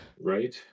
Right